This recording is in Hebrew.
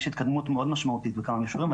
יש התקדמות מאוד משמעותית בכמה מישורים,